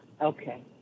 Okay